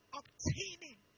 obtaining